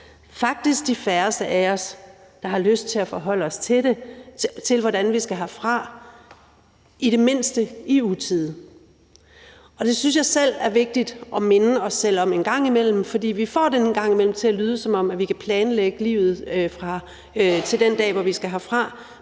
faktisk de færreste af os, der har lyst til at forholde sig til, hvordan vi skal herfra, i det mindste i utide. Det synes jeg er vigtigt at vi minder os selv om en gang imellem, for vi får det en gang imellem til at lyde, som om vi kan planlægge livet frem til den dag, hvor vi skal herfra.